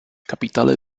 capitale